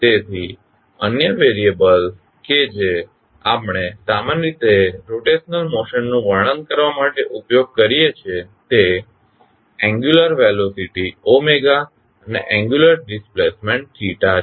તેથી અન્ય વેરીએબલ્સ કે જે આપણે સામાન્ય રીતે રોટેશનલ મોશનનું વર્ણન કરવા માટે ઉપયોગ કરીએ છીએ તે એંગ્યુલર વેલોસીટી અને એંગ્યુલર ડિસ્પ્લેસમેન્ટ છે